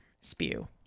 Spew